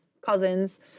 cousins